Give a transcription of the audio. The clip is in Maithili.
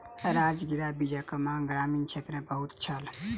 राजगिरा बीजक मांग ग्रामीण क्षेत्र मे बहुत छल